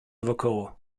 wokoło